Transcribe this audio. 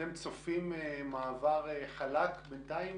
אתם צופים מעבר חלק, בינתיים?